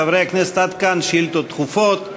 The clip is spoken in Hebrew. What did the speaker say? חברי הכנסת, עד כאן שאילתות דחופות.